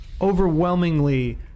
overwhelmingly